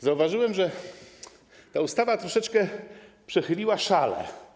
Zauważyłem, że ta ustawa troszeczkę przechyliła szalę.